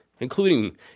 including